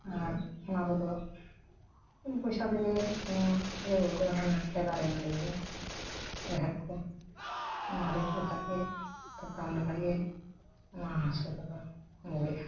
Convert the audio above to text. ᱟᱨ ᱚᱱᱟ ᱠᱚᱫᱚ ᱵᱤᱱ ᱯᱚᱭᱥᱟ ᱛᱮᱜᱮ ᱱᱚᱣᱟ ᱡᱷᱟᱹᱣᱟᱹ ᱠᱚᱨᱮ ᱦᱚᱸ ᱧᱟᱢᱚᱜ ᱜᱮᱭᱟ ᱫᱟᱹᱨᱮ ᱱᱟᱹᱲᱤ ᱠᱚ ᱨᱮᱦᱮᱜ ᱠᱚ ᱚᱱᱟ ᱨᱤᱜ ᱠᱟᱛᱮ ᱛᱷᱚᱯᱨᱟᱢ ᱞᱮᱠᱷᱟᱡ ᱜᱮ ᱚᱱᱟ ᱦᱟᱹᱥᱩ ᱠᱚᱫᱚ ᱵᱩᱜᱤᱜᱼᱟ